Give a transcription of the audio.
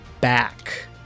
back